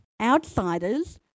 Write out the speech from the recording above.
outsiders